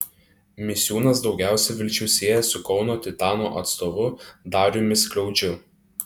misiūnas daugiausia vilčių sieja su kauno titano atstovu dariumi skliaudžiu